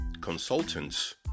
consultants